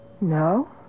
No